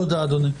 תודה, אדוני.